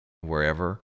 wherever